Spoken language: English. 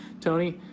tony